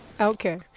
Okay